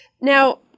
Now